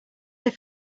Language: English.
they